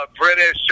British